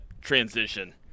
transition